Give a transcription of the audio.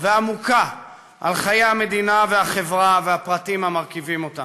ועמוקה על חיי המדינה והחברה והפרטים המרכיבים אותן.